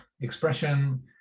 expression